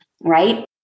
right